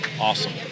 awesome